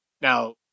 Now